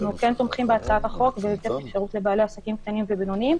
אנחנו כן תומכים בהצעת החוק ובאפשרות לבעלי עסקים קטנים ובינוניים